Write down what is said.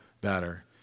better